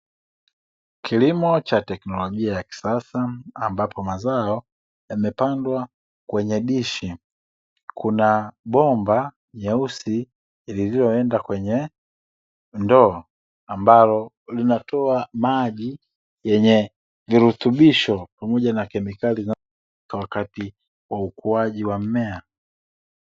Kilimo cha teknolojia ya kisasa ambapo mazao yamepandwa kwenye dishi, kuna bomba nyeusi lililoenda kwenye ndoo ambalo linatoa maji yenye virutubisho pamoja na kemikali zinazotumika wakati wa ukuaji wa mmea.